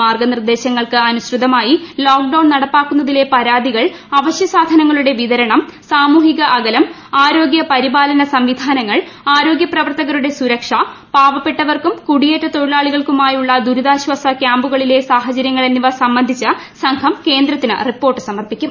മാർഗനിർദേശങ്ങൾക്ക് അനുസൃതമായി lockdown നടപ്പാക്കുന്നതിലെ പരാതികൾ അവശ്യസാധനങ്ങളുടെ വിതരണം സാമൂഹിക അകലം ആരോഗ്യപരിപാലന സംവിധാനങ്ങൾ ആരോഗ്യപ്രവർത്തകരുടെ സുരക്ഷപാവപ്പെട്ടവർക്കും കുടിയേറ്റ തൊഴിലാളികൾക്കുമായുള്ള ദൂരിതാശാസ ക്യാമ്പുകളിലെ സാഹചരൃങ്ങൾ എന്നിവ സംബന്ധിച്ച് സംഘം കേന്ദ്രത്തിന് റിപ്പോർട്ട് സമർപ്പിക്കും